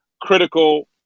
critical